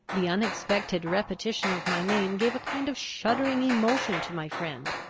the unexpected repetition of my name gave a kind of shuddering emotion to my friend,